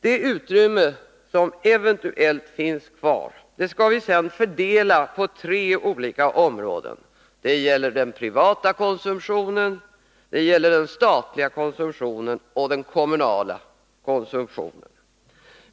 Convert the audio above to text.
Det utrymme som eventuellt finns kvar skall fördelas på tre olika områden. Det gäller den privata konsumtionen, den statliga konsumtionen och den kommunala konsumtionen.